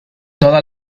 toda